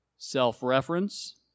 self-reference